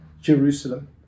Jerusalem